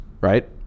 right